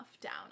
down